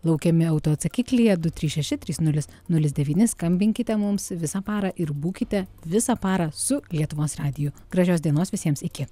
laukiami autoatsakiklyje du trys šeši trys nulis nulis devyni skambinkite mums visą parą ir būkite visą parą su lietuvos radiju gražios dienos visiems iki